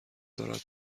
دارد